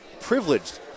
privileged